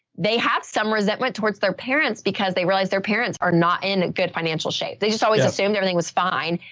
they have some resentment towards their parents because they realize their parents are not in good financial shape. they just always assumed everything was fine.